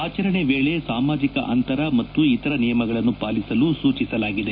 ಆಚರಣೆ ವೇಳೆ ಸಾಮಾಜಿಕ ಅಂತರ ಮತ್ತು ಇತರ ನಿಯಮಗಳನ್ನು ಪಾಲಿಸಲು ಸೂಚಿಸಲಾಗಿದೆ